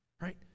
right